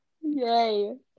yay